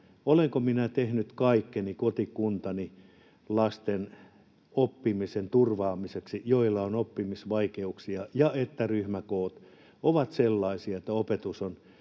olenko minä tehnyt kaikkeni niiden kotikuntani lasten oppimisen turvaamiseksi, joilla on oppimisvaikeuksia, ja että ryhmäkoot ovat sellaisia ja opetus on